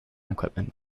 equipment